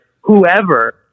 whoever